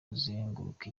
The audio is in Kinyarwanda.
kuzenguruka